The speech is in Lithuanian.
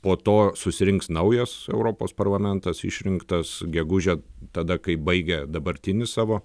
po to susirinks naujas europos parlamentas išrinktas gegužę tada kai baigia dabartinį savo